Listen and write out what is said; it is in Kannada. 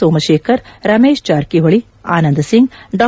ಸೋಮಶೇಖರ್ ರಮೇಶ್ ಜಾರಕಿಹೊಳಿ ಆನಂದ್ ಸಿಂಗ್ ಡಾ